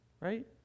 Right